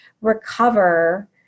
recover